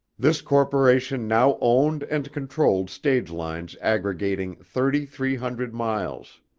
this corporation now owned and controlled stage lines aggregating thirty-three hundred miles.